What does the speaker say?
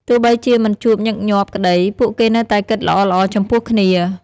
ទោះបីជាមិនជួបញឹកញាប់ក្ដី ពួកគេនៅតែគិតល្អៗចំពោះគ្នា។